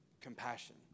compassion